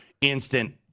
instant